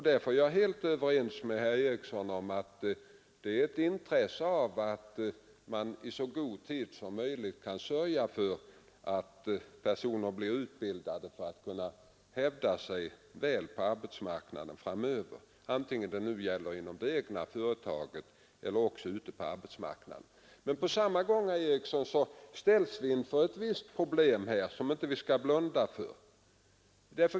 Därför är jag helt överens med herr Eriksson om att det är angeläget att man i så god tid som möjligt sörjer för att de anställda blir utbildade så att de kan hävda sig väl på arbetsmarknaden framöver, antingen inom det egna företaget eller ute på arbetsmarknaden. På samma gång, herr Eriksson, ställs vi dock inför ett visst problem, som vi inte skall blunda för.